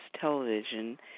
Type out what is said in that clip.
television